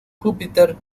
júpiter